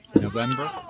November